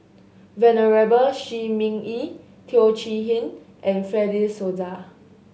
Venerable Shi Ming Yi Teo Chee Hean and Fred De Souza